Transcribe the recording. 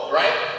right